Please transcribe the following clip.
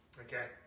Okay